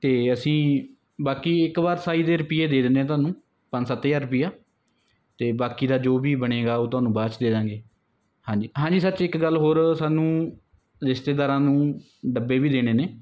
ਅਤੇ ਅਸੀਂ ਬਾਕੀ ਇੱਕ ਵਾਰ ਸਾਈ ਦੇ ਰੁਪਈਏ ਦੇ ਦਿੰਦੇ ਹਾਂ ਤੁਹਾਨੂੰ ਪੰਜ ਸੱਤ ਹਜ਼ਾਰ ਰੁਪਇਆ ਅਤੇ ਬਾਕੀ ਦਾ ਜੋ ਵੀ ਬਣੇਗਾ ਉਹ ਤੁਹਾਨੂੰ ਬਾਅਦ 'ਚ ਦੇ ਦੇਵਾਂਗੇ ਹਾਂਜੀ ਹਾਂਜੀ ਸਚ ਇੱਕ ਗੱਲ ਹੋਰ ਸਾਨੂੰ ਰਿਸ਼ਤੇਦਾਰਾਂ ਨੂੰ ਡੱਬੇ ਵੀ ਦੇਣੇ ਨੇ